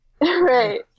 Right